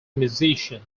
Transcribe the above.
musician